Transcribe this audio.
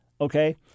Okay